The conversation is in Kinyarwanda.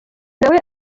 nawe